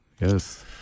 yes